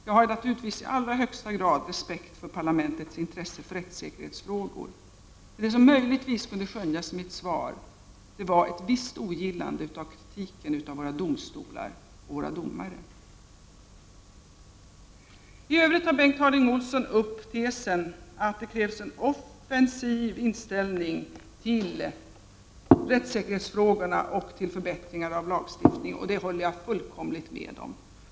Jag har naturligtvis i allra högsta grad respekt för parlamentets intresse för rättssäkerhetsfrågor. Det som möjligtvis kunde skönjas i mitt svar var ett visst ogillande av kritiken mot våra domstolar och våra domare. I övrigt tar Bengt Harding Olson upp tesen att det krävs en offensiv inställning till rättssäkerhetsfrågorna och förbättringar av lagstiftningen. Det håller jag fullständigt med om.